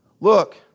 Look